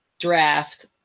draft